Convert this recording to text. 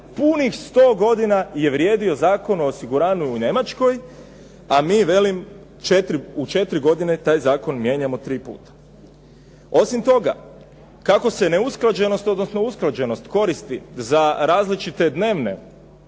punih 100 godina je vrijedio Zakon o osiguranju u Njemačkoj, a mi velim u 4 godine taj zakon mijenjamo tri puta. Osim toga kako se neusklađenost, odnosno usklađenost koristi za različite dnevne